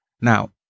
Now